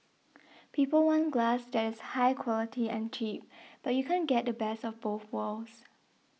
people want glass that is high quality and cheap but you can't get the best of both worlds